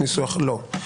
לא.